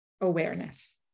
awareness